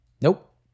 Nope